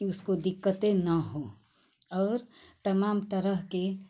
कि उसको दिक्कतें न हो और तमाम तरह की